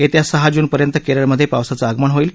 येत्या सहा जूनपर्यंत केरळमध्ये पावसाचं आगमन होईल